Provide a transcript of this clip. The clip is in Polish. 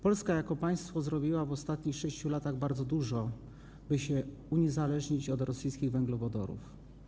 Polska jako państwo zrobiła w ostatnich 6 latach bardzo dużo, by się uniezależnić od rosyjskich węglowodorów.